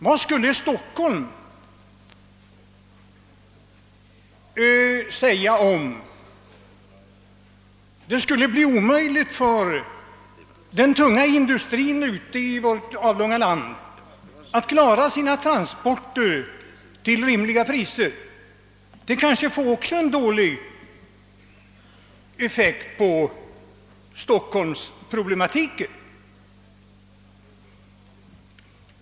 Vad skulle Stockholm säga, om det skulle bli omöjligt för den tunga industrin ute i vårt avlånga land att klara sina transporter till rimliga priser? Det kanske också skulle få dålig effekt på stockholmsproblematiken.